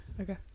Okay